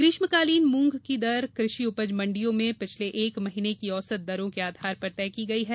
ग्रीष्मकालीन मूंग की दर कृषि उपज मंडियों में पिछले एक महीने की औसत दरों के आधार पर तय की गई है